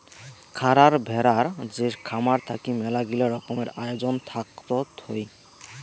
খারার ভেড়ার যে খামার থাকি মেলাগিলা রকমের আয়োজন থাকত হই